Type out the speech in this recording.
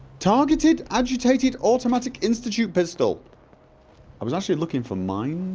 targeted agitated automatic institute pistol i was actually looking for mines